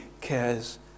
cares